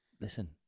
Listen